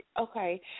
Okay